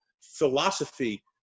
philosophy